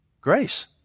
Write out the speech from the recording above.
Grace